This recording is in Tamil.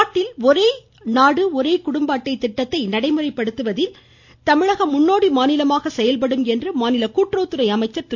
ராஜீ நாட்டில் ஒரே நாடு ஒரே குடும்ப அட்டை திட்டத்தை நடைமுறைப்படுத்துவதில் தமிழகம் முன்னோடி மாநிலமாக செயல்படும் என்று மாநில கூட்டுறவுத்துறை அமைச்சர் திரு